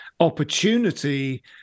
opportunity